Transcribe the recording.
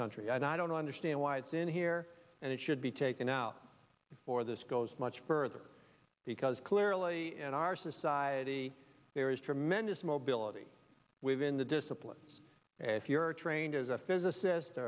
country and i don't understand why it's in here and it should be taken out before this goes much further because clearly in our society there is tremendous mobility within the disciplines and if you're trained as a physicist